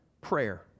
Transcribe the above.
prayer